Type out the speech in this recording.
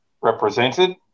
represented